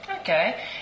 Okay